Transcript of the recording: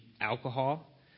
alcohol